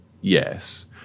yes